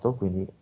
quindi